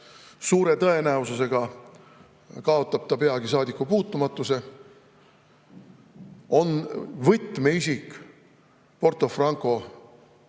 suure tõenäosusega kaotab ta peagi saadikupuutumatuse, on võtmeisik Porto Franco, aga